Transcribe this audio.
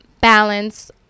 balance